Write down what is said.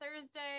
Thursday